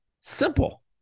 Simple